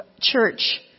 church